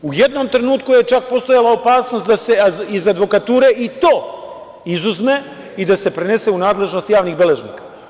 U jednom trenutku je čak postojala opasnost da se iz advokature i to izuzme i da se prenese u nadležnost javnih beležnika.